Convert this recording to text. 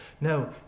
No